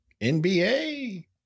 NBA